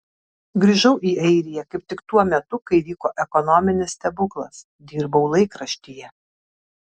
grįžau į airiją kaip tik tuo metu kai vyko ekonominis stebuklas dirbau laikraštyje